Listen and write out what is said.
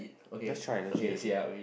just try legit legit